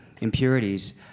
impurities